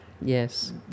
Yes